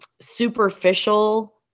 superficial